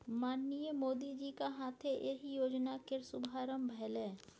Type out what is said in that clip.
माननीय मोदीजीक हाथे एहि योजना केर शुभारंभ भेलै